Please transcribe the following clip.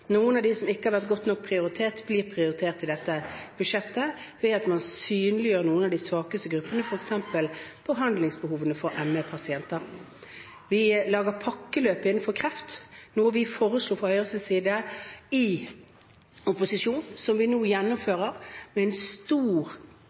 Noen av dem som ikke har vært godt nok prioritert, blir prioritert i dette budsjettet ved at man synliggjør noen av de svakeste gruppene. Det gjelder f.eks. behandlingsbehovene for ME-pasienter. Vi lager pakkeløp innenfor kreft, noe vi foreslo fra Høyres side i opposisjon. Vi gjennomfører det nå